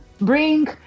bring